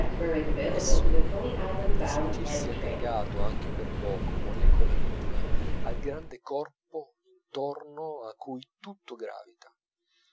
sonora di sentirsi aggregato anche per poco molecola viva al grande corpo intorno a cui tutto gravita